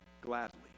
gladly